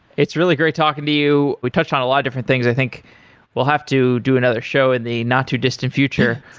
it's really great talking to you. we touched on a lot of different things. i think we'll have to do another show in the not-too-distant future.